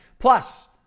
Plus